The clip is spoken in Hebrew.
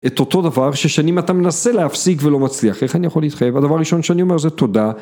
את אותו דבר ששנים אתה מנסה להפסיק ולא מצליח איך אני יכול להתחייב? הדבר הראשון שאני אומר זה תודה